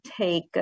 take